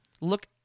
Look